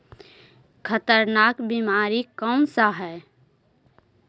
खतरनाक बीमारी कौन सा है?